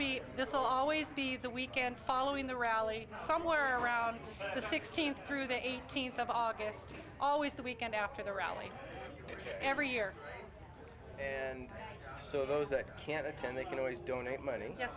that this will be this always be the weekend following the rally somewhere around the sixteenth through the eighteenth of august always the weekend after the rally here every year and so those that can't attend they can always donate money yes